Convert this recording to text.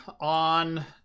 on